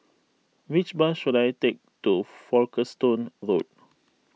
which bus should I take to Folkestone Road